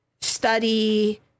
study